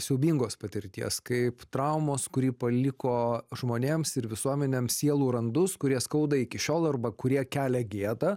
siaubingos patirties kaip traumos kurį paliko žmonėms ir visuomenėms sielų randus kurie skauda iki šiol arba kurie kelia gėdą